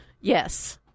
Yes